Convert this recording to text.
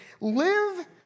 live